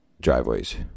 driveways